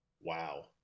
Wow